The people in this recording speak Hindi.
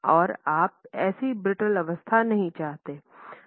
और आप ऐसी ब्रिटल अवस्था नहीं चाहते